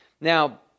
Now